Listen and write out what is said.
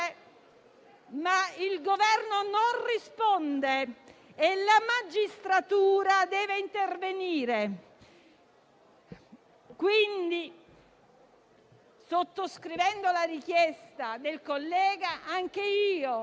ma il Governo non risponde e la magistratura deve intervenire. Quindi, sottoscrivendo la richiesta del collega, anch'io